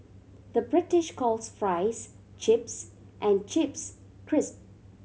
the British calls fries chips and chips cris